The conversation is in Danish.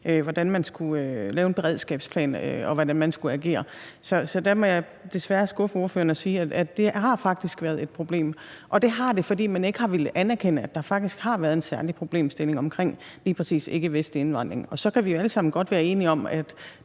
hvordan man skulle agere. Der må jeg desværre skuffe ordføreren og sige, at det faktisk har været et problem, og det har det, fordi man ikke har villet anerkende, at der har været en særlig problemstilling omkring lige præcis ikkevestlig indvandring. Og så kan vi alle sammen godt være enige om,